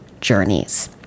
journeys